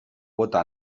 cuota